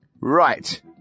Right